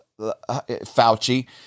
Fauci